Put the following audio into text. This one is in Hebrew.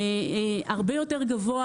הרבה יותר גבוה